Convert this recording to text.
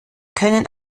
können